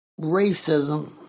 Racism